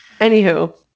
anywho